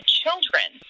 children